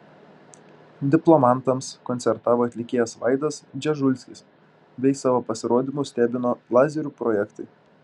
diplomantams koncertavo atlikėjas vaidas dzežulskis bei savo pasirodymu stebino lazerių projektai